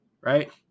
right